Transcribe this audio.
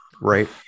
right